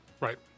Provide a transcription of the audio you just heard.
right